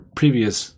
previous